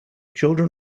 children